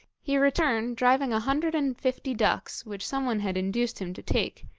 he returned driving a hundred and fifty ducks which someone had induced him to take,